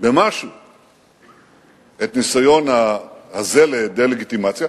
במשהו את הניסיון הזה לדה-לגיטימציה.